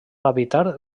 habitar